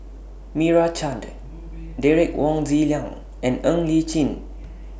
Meira Chand Derek Wong Zi Liang and Ng Li Chin